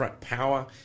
power